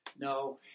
No